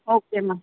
okay ma'am